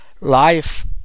Life